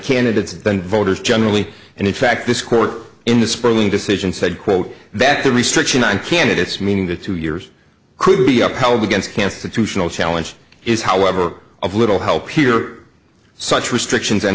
candidates than voters generally and in fact this court in the sperling decision said quote that the restriction on candidates meaning to two years could be upheld against cancer to tional challenge is however of little help here such restrictions and